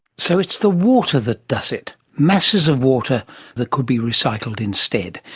so it's the water that does it, masses of water that could be recycled instead,